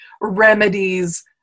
remedies